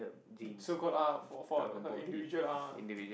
so called ah for for her the individual ah